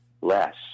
less